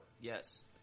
Yes